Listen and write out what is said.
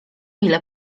ile